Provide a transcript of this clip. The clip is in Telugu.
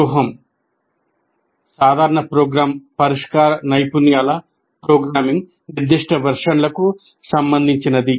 వ్యూహం సాధారణ ప్రోగ్రామ్ పరిష్కార నైపుణ్యాల ప్రోగ్రామింగ్ నిర్దిష్ట వెర్షన్లు కు సంబంధించినది